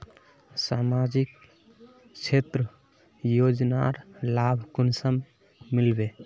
सामाजिक क्षेत्र योजनार लाभ कुंसम मिलबे?